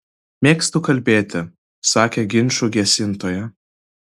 mėgstu kalbėti sakė ginčų gesintoja